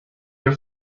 your